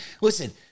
Listen